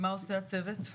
מה עושה הצוות?